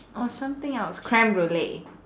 or something else creme brulee